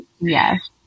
Yes